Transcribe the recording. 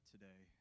today